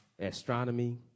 astronomy